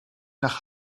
nach